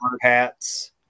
hats